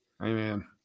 Amen